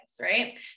right